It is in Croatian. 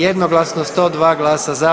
Jednoglasno 102 glasa za.